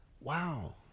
wow